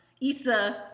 Issa